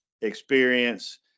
experience